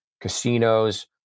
casinos